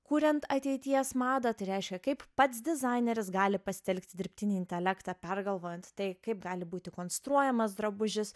kuriant ateities madą tai reiškia kaip pats dizaineris gali pasitelkti dirbtinį intelektą pergalvojant tai kaip gali būti konstruojamas drabužis